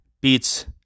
beats